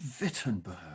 Wittenberg